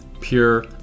pure